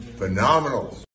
Phenomenal